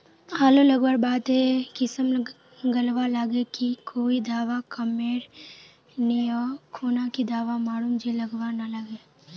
आलू लगवार बात ए किसम गलवा लागे की कोई दावा कमेर नि ओ खुना की दावा मारूम जे गलवा ना लागे?